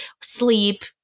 sleep